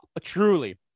Truly